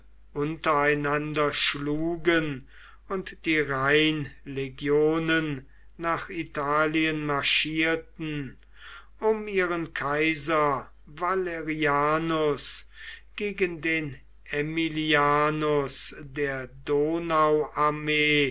untereinander schlugen und die rheinlegionen nach italien marschierten um ihren kaiser valerianus gegen den aemilianus der donauarmee